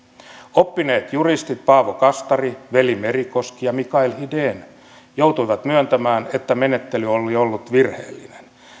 oppineet juristit paavo kastari veli merikoski ja mikael hiden joutuivat myöntämään että menettely oli ollut virheellinen